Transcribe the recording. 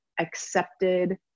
accepted